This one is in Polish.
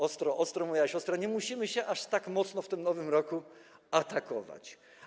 Ostro, ostro, moja siostro, ale nie musimy się aż tak mocno w tym nowym roku atakować.